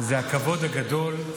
זה הכבוד הגדול.